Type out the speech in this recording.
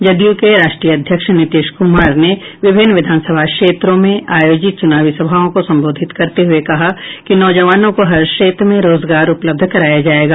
जदयू के राष्ट्रीय अध्यक्ष नीतीश कुमार ने विभिन्न विधानसभा क्षेत्रों में आयोजित चुनावी सभाओं को संबोधित करते हुये कहा कि नौजवानों को हर क्षेत्र में रोजगार उपलब्ध कराया जायेगा